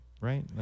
right